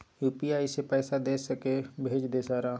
UPI से पैसा दे सके भेज दे सारा?